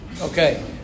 Okay